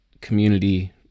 community